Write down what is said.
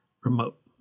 remote